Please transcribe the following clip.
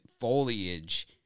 foliage